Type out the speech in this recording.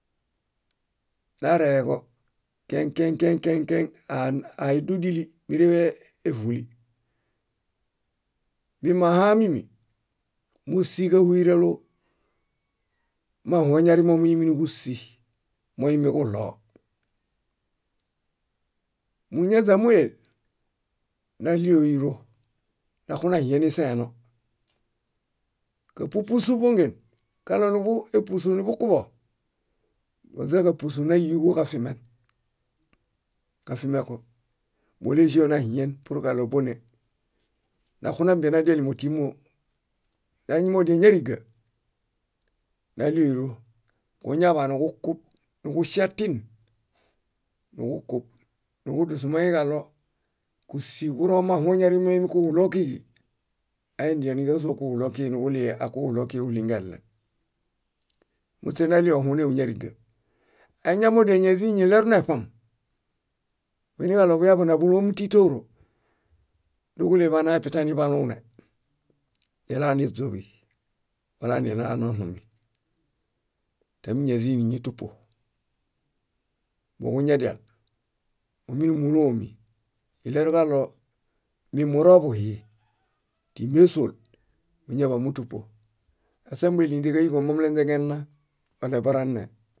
. Nareġo kẽkẽkẽ áadudili míreevuli. Mimahamimi, mósiġahuyeralo mahuoñarimo múiminiġusi: moimiġuɭoo. Muñaźa móel, naɭi óiro naxunahieniseeno. Kápupusuġongen, kaɭo níḃuepusu, niḃukuḃo, bóźaġapusu náyuġuġafimen, kafimẽko. Bóleĵoo nahien purġaɭo bóne. Naxunambenadialimo. Nañimodial ñariga, naɭii óiro. Kuñaḃanuġukub, niġuŝiatin nuġukub. Nuġudus moiġaɭo kúŝiġuro mahuoñari moimikuġuɭoo kíġi, aidia níġazo kuġuɭoo kíġi niġuɭii aakuġuɭoo kíġi kuɭingelen. Muśe naɭii ohuneu ñáriga. Añamodial ñázi ñileruneṗam, muiniġaɭo buyaḃona búlomutitoro, nuġulii banaepitani baluune nilaniźuḃi walanilanoɭumi tami ñázii níñitupo. Moġuñadial, óminumulomi, ileruġaɭo mimuroḃuhi timi ésuol, múñaḃanumutupo. Ásambueɭi ínźeġaiġo momulanźengena oɭeborane.